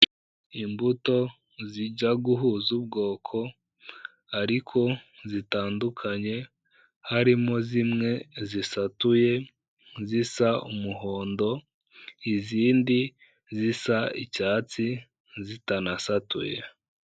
Imbuto zijya guhuza ubwoko, ariko zitandukanye, harimo zimwe zisatuye, zisa umuhondo, izindi zisa icyatsi zitanasatuye.